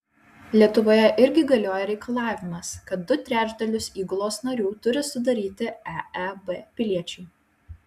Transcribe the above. lietuvoje irgi galioja reikalavimas kad du trečdalius įgulos narių turi sudaryti eeb piliečiai